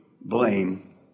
blame